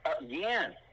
Again